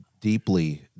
deeply